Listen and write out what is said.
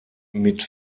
mit